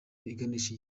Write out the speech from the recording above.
iganisha